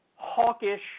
hawkish